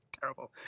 terrible